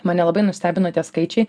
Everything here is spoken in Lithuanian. mane labai nustebino tie skaičiai